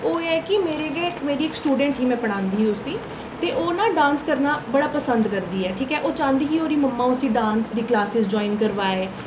ओह् एह् ऐ कि मेरे गै इक मेरी इक स्टूडेंट ही मैं पढ़ांदी ही उसी ते ओह् ना डांस करना बड़ा पसंद करदी ऐ ठीक ऐ ओह् चांह्दी ही ओह्दी मम्मा उसी डांस दी क्लासेस जाइन करवाए